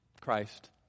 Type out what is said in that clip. Christ